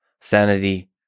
sanity